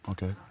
Okay